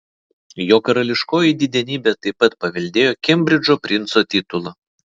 jo karališkoji didenybė taip pat paveldėjo kembridžo princo titulą